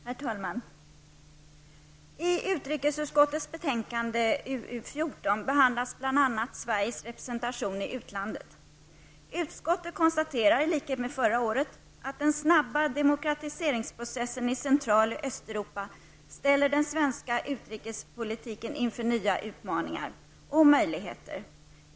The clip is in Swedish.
Herr talman! I utrikesutskottets betänkande UU14 behandlas bl.a. Sveriges representation i utlandet. Utskottet konstaterar i likhet med förra året att den snabba demokratiseringsprocessen i Central och Östeuropa ställer den svenska utrikespolitiken inför nya utmaningar och möjligheter.